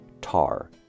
Tar